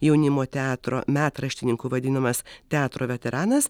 jaunimo teatro metraštininku vadinamas teatro veteranas